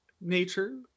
nature